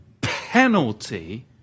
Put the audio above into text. penalty